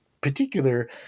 particular